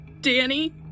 Danny